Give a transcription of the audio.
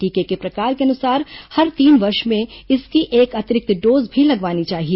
टीके के प्रकार के अनुसार हर तीन वर्ष में इसकी एक अतिरिक्त डोज भी लगवानी चाहिए